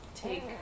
take